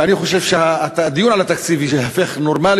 אני חושב שהדיון על התקציב ייהפך נורמלי